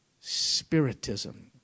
spiritism